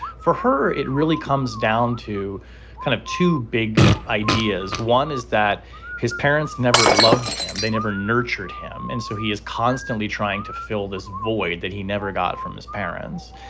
for her, it really comes down to kind of two big ideas. one is that his parents never loved him. they never nurtured him. and so he is constantly trying to fill this void that he never got from his parents.